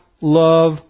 love